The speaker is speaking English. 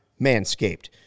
Manscaped